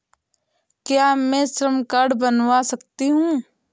क्या मैं श्रम कार्ड बनवा सकती हूँ?